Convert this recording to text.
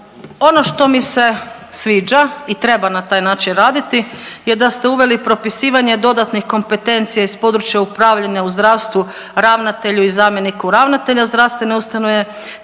Ono što mi se sviđa i treba na taj način raditi je da ste uveli propisivanje dodatnih kompetencija iz područja upravljanja u zdravstvu, ravnatelju i zamjenika ravnatelja zdravstvene ustanove